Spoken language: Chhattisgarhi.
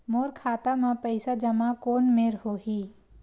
मोर खाता मा पईसा जमा कोन मेर होही?